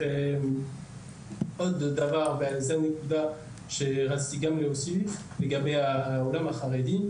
עוד דבר שרציתי להוסיף הוא לגבי העולם החרדי,